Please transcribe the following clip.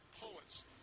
poets